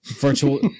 Virtual